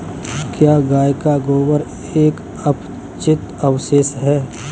क्या गाय का गोबर एक अपचित अवशेष है?